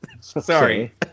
Sorry